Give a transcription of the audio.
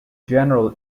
general